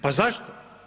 Pa zašto?